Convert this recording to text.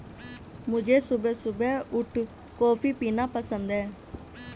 मुझे सुबह सुबह उठ कॉफ़ी पीना पसंद हैं